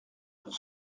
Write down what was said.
pour